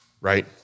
right